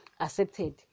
accepted